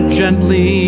gently